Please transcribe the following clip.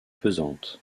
pesante